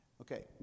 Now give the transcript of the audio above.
Okay